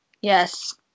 Yes